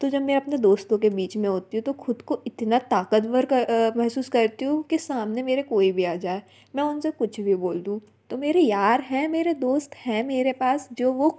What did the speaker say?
तो जब मैं अपने दोस्तों के बीच में होती हूँ तो ख़ुद को इतना ताक़तवर कर महसूस करती हूँ कि सामने मेरे कोई भी आ जाए मैं उन से कुछ भी बोल दूँ तो मेरे यार हैं मेरे दोस्त हैं मेरे पास जो वो